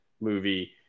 movie